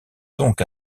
donc